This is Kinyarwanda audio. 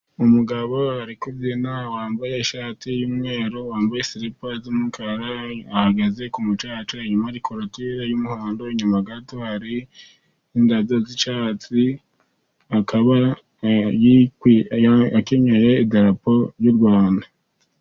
Umugabo ari kubyina wambaye ishati y'umweru, wambaye siripa z'umukara. Ahagaze ku mucaca, inyuma hari korotire y'umuhondo, inyuma gato hari indabyo z'icyatsi. akaba akenyeye idarapo ry' u Rwanda.